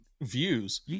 views